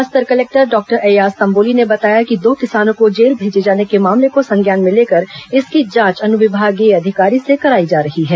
Bastar collector doctor Ayyaz Tamboli ने बताया कि दो किसानों को जेल भेजे जाने के मामले को संज्ञान में लेकर इसकी जांच अनुविभागीय अधिकारी से कराई जा रही है